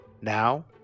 Now